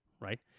right